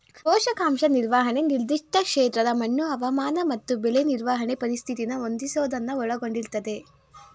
ಪೋಷಕಾಂಶ ನಿರ್ವಹಣೆ ನಿರ್ದಿಷ್ಟ ಕ್ಷೇತ್ರದ ಮಣ್ಣು ಹವಾಮಾನ ಮತ್ತು ಬೆಳೆ ನಿರ್ವಹಣೆ ಪರಿಸ್ಥಿತಿನ ಹೊಂದಿಸೋದನ್ನ ಒಳಗೊಂಡಿರ್ತದೆ